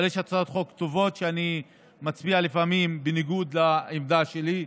אבל יש הצעות חוק טובות שאני מצביע לפעמים בניגוד לעמדה שלי.